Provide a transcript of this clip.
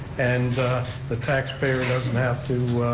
and the taxpayer doesn't have to